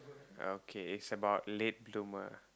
okay it's about late bloomer